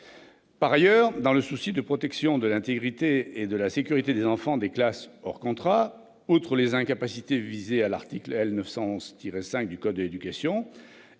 Par ailleurs, dans le souci de protection de l'intégrité et de la sécurité des enfants des classes hors contrat, outre les incapacités visées à l'article L. 911-5 du code de l'éducation,